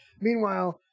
Meanwhile